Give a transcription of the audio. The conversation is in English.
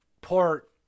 port